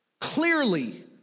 clearly